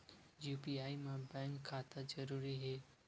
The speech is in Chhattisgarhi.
यू.पी.आई मा बैंक खाता जरूरी हे?